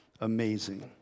amazing